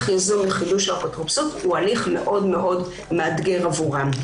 יזום לחידוש האפוטרופסות הוא הליך מאוד מאתגר עבורם.